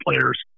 players